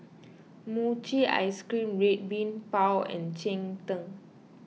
Mochi Ice Cream Red Bean Bao and Cheng Tng